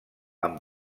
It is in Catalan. amb